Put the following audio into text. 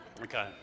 Okay